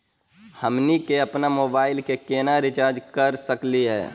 हमनी के अपन मोबाइल के केना रिचार्ज कर सकली हे?